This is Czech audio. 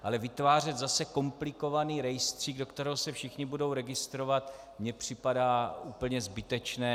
Ale vytvářet zase komplikovaný rejstřík, do kterého se všichni budou registrovat, mi připadá úplně zbytečné.